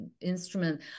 instrument